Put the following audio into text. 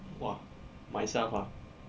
!wah! myself ah